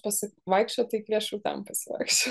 pasivaikščioti tai kviesčiau ten pasivaikščiot